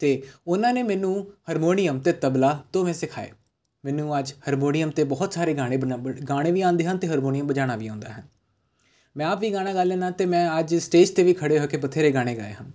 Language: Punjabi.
ਅਤੇ ਉਹਨਾਂ ਨੇ ਮੈਨੂੰ ਹਰਮੋਨੀਅਮ ਅਤੇ ਤਬਲਾ ਦੋਵੇਂ ਸਿਖਾਏ ਮੈਨੂੰ ਅੱਜ ਹਰਮੋਨੀਅਮ ਅਤੇ ਬਹੁਤ ਸਾਰੇ ਗਾਣੇ ਬਣਾ ਗਾਉਣੇ ਵੀ ਆਉਂਦੇ ਹਨ ਅਤੇ ਹਾਰਮੋਨੀਆ ਬਜਾਣਾ ਵੀ ਆਉਂਦਾ ਹੈ ਮੈਂ ਆਪ ਵੀ ਗਾਣਾ ਗਾ ਲੈਂਦਾ ਅਤੇ ਮੈਂ ਅੱਜ ਸਟੇਜ 'ਤੇ ਵੀ ਖੜੇ ਹੋ ਕੇ ਬਥੇਰੇ ਗਾਣੇ ਗਾਏ ਹਨ